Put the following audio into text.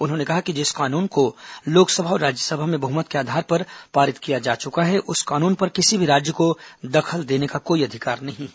उन्होंने कहा कि जिस कानून को लोकसभा और राज्यसभा में बहुमत के आधार पर पारित किया जा चुका है उस कानून पर किसी राज्य को दखल देने का कोई अधिकार नहीं है